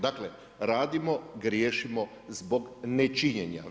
Dakle radimo, griješimo zbog nečinjenja.